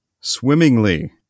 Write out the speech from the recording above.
swimmingly